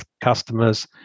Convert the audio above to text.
customers